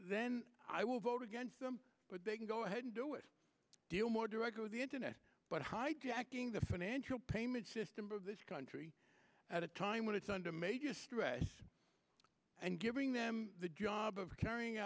then i will vote against them but they can go ahead and do it deal more directly with the internet but hijacking the financial payment system of this country at a time when it's under major stress and giving them the job of carrying